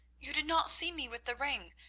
you did not see me with the ring.